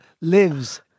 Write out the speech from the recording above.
lives